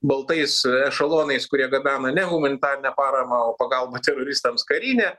baltais ešalonais kurie gabena ne humanitarinę paramą o pagalbą teroristams karinę